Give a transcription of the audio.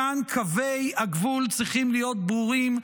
כאן קווי הגבול צריכים להיות ברורים,